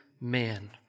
man